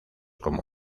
como